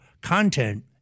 content